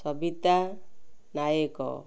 Sabita Nayak